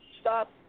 stop